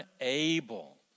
unable